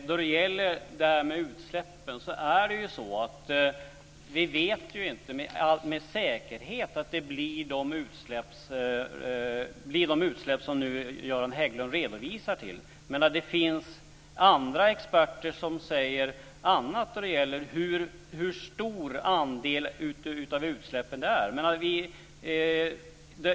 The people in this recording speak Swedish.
Fru talman! När det gäller utsläppen vet vi inte med säkerhet att det blir de utsläpp som Göran Hägglund nu redovisar. Det finns andra experter som säger annat om hur stor andel av utsläppen det är.